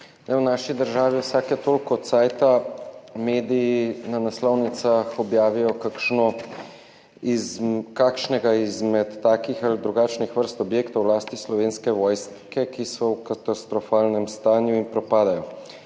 V naši državi vsake toliko časa mediji na naslovnicah objavijo kakšnega izmed takih ali drugačnih vrst objektov v lasti Slovenske vojske, ki so v katastrofalnem stanju in propadajo.